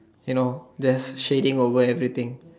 you know then she's thing always the thing